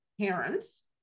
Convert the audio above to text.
parents